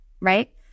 right